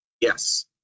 Yes